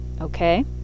okay